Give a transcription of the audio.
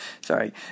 Sorry